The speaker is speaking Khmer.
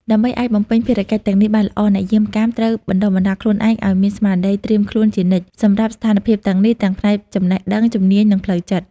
ដើម្បីអាចបំពេញភារកិច្ចទាំងនេះបានល្អ អ្នកយាមកាមត្រូវ បណ្ដុះបណ្ដាលខ្លួនឯងឲ្យមានស្មារតីត្រៀមខ្លួនជានិច្ច សម្រាប់ស្ថានភាពទាំងនេះ ទាំងផ្នែកចំណេះដឹង ជំនាញ និងផ្លូវចិត្ត។